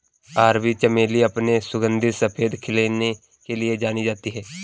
अरबी चमेली अपने सुगंधित सफेद खिलने के लिए जानी जाती है